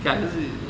ok lah 就是